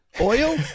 Oil